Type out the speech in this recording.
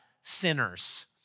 sinners